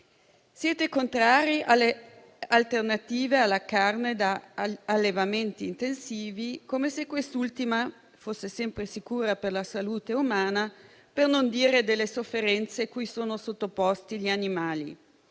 Siete contrari alle alternative alla carne da allevamenti intensivi, come se quest'ultima fosse sempre sicura per la salute umana, per non dire delle sofferenze cui sono sottoposti gli animali.